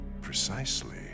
Precisely